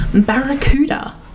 Barracuda